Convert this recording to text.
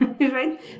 Right